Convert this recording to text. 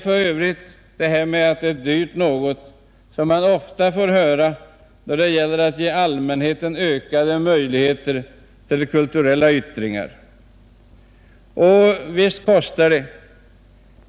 Detta med att det är dyrt är för övrigt ett argument som man ofta möter när det gäller att ge allmänheten ökade möjligheter till kulturella yttringar. Och visst kostar det.